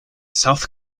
south